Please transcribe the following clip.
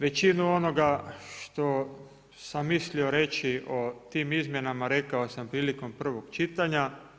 Većina onoga što sam mislio reći o tim izmjenama rekao sam prilikom prvog čitanja.